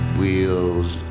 wheels